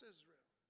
Israel